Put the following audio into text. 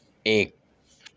ایک